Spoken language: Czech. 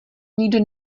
nikdo